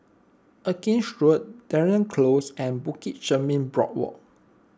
Erskine Road Dunearn Close and Bukit Chermin Boardwalk